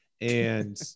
And-